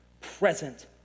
present